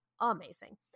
Amazing